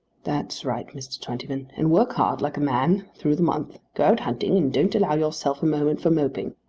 that's right, mr. twentyman and work hard, like a man, through the month. go out hunting, and don't allow yourself a moment for moping.